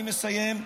אני מסיים.